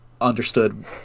understood